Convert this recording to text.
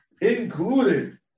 Included